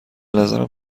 نظرم